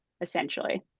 essentially